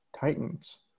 Titans